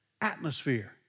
atmosphere